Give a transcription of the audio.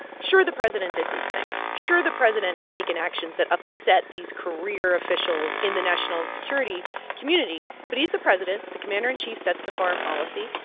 sure, the president did these things. sure, the president has taken actions that upset these career officials in the national security community. but he's the president. the commander in chief sets the foreign policy.